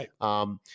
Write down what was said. Right